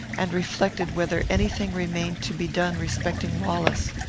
and reflected whether any thing remained to be done respecting wallace.